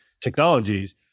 technologies